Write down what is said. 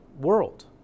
world